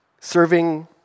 Serving